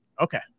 Okay